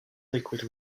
liquid